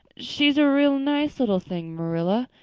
she's a real nice little thing, marilla.